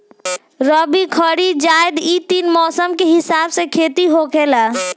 रबी, खरीफ, जायद इ तीन मौसम के हिसाब से खेती होखेला